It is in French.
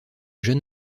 jeune